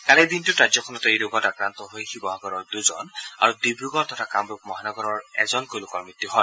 কালিৰ দিনটোত ৰাজ্যখনত এই ৰোগত আক্ৰান্ত হৈ শিৱসাগৰৰ দ্জন আৰু ডিব্ৰগড় তথা কামৰূপ মহানগৰৰ এজনকৈ লোকৰ মৃত্যু হয়